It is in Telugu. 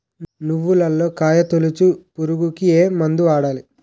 నువ్వులలో కాయ తోలుచు పురుగుకి ఏ మందు వాడాలి?